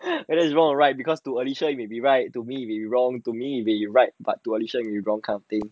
whether is wrong or right because to alysha you may be right to me may be wrong to me be right but to alysha will be wrong kind of thing